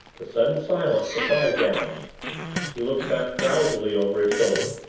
the sudden silence surprised allan he looked back drowsily over his shoulder.